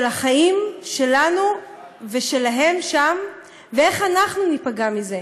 החיים שלנו ושלהם שם ואיך אנחנו ניפגע מזה.